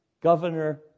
Governor